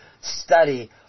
study